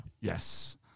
Yes